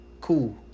cool